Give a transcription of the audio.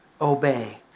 obey